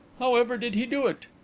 how ever did he do it?